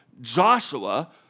Joshua